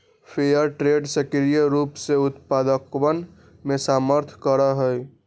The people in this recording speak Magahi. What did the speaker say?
फेयर ट्रेड सक्रिय रूप से उत्पादकवन के समर्थन करा हई